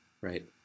right